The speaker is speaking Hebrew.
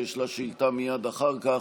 שיש לה שאילתה מייד אחר כך.